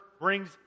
brings